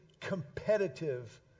competitive